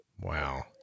Wow